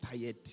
tired